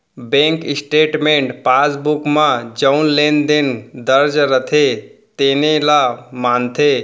bank statement passbook म जउन लेन देन दर्ज रथे तेने ल मानथे